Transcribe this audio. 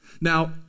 Now